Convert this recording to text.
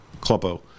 Kloppo